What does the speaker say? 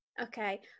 Okay